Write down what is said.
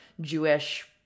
Jewish